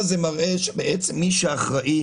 שמראה שמי שאחראי